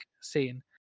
scene